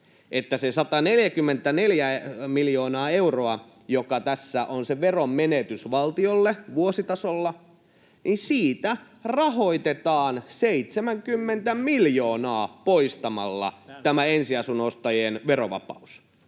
että siitä 144 miljoonasta eurosta, joka tässä on se veronmenetys valtiolle vuositasolla, rahoitetaan 70 miljoonaa poistamalla tämä ensiasunnon ostajien verovapaus,